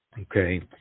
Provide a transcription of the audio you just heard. okay